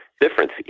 difference